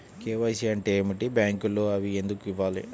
KYC అంటే ఏమిటి? బ్యాంకులో అవి ఎందుకు ఇవ్వాలి?